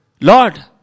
Lord